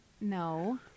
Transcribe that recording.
No